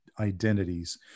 Identities